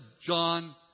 John